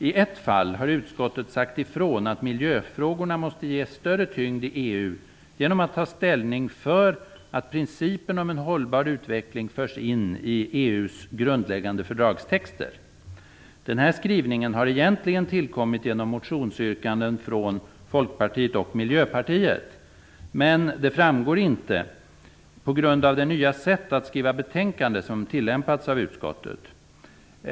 I ett fall har utskottet sagt ifrån att miljöfrågorna måste ges större tyngd i EU genom att ta ställning för att principen om en hållbar utveckling förs in i EU:s grundläggande fördragstexter. Den här skrivningen har egentligen tillkommit genom motionsyrkanden från Folkpartiet och Miljöpartiet, men det framgår inte, på grund av det nya sätt att skriva betänkande som tillämpats av utskottet.